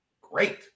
Great